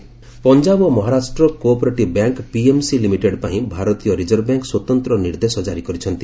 RBI PMC Punjab ଓ Maharashtra cooperative bank PMC limited ପାଇଁ ଭାରତୀୟ ରିଜର୍ଭ ବ୍ୟାଙ୍କ୍ ସ୍ୱତନ୍ତ୍ର ନିର୍ଦ୍ଦେଶ ଜାରି କରିଛନ୍ତି